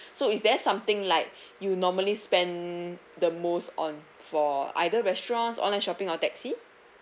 so is there something like you normally spend the most on for either restaurants online shopping or taxi